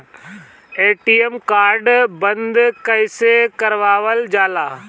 ATM card बन्द कईसे करावल जाला?